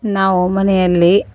ನಾವು ಮನೆಯಲ್ಲಿ